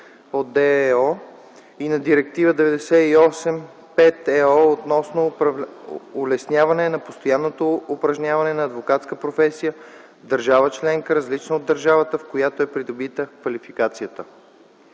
от ДЕО и на Директива 98/5/ЕО относно улесняване на постоянното упражняване на адвокатската професия в държава членка, различна от държавата, в която е придобита квалификацията.